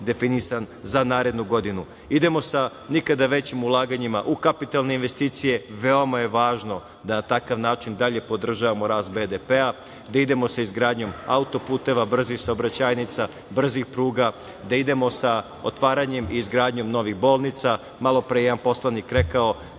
definisan za narednu godinu. Idemo sa nikada većim ulaganjima u kapitalne investicije. Veoma je važno da na takav način dalje podržavamo rast BDP-a, da idemo za izgradnjom autoputeva, brzih saobraćajnica, brzih pruga, da idemo sa otvaranjem i izgradnjom novih bolnica. Malopre je jedan poslanik rekao